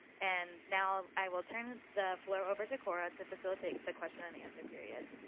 and now i will turn the floor over to cora to facilitate the question and answer period.